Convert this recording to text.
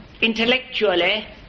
intellectually